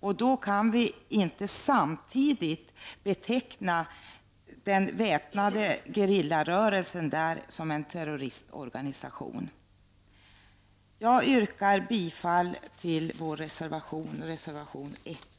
och då kan vi inte samtidigt beteckna den väpnade gerillarörelsen där som en terroristorganisation. Jag yrkar bifall till vår reservation — reservation 1.